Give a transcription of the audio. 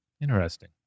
Interesting